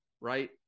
right